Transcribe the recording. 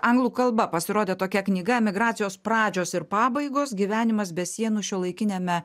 anglų kalba pasirodė tokia knyga emigracijos pradžios ir pabaigos gyvenimas be sienų šiuolaikiniame